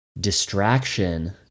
distraction